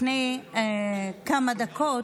לפני כמה דקות,